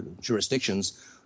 jurisdictions